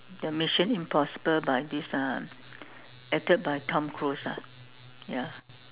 ya Mission Impossible by this uh acted by Tom Cruise ah ya